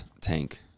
Tank